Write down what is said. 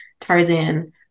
Tarzan